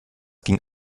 ging